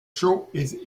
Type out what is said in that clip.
chaud